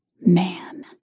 Man